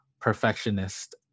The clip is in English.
perfectionist